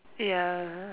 ya